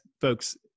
folks